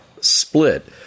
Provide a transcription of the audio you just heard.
split